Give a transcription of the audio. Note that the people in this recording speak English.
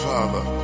Father